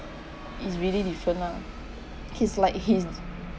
is really different lah his like he